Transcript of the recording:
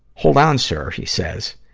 hold on, sir he says.